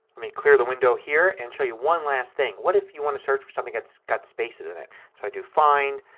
let me clear the window here and show you one last thing. what if you want to search for something that's got spaces in it. i do find.